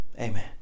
Amen